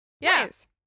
Yes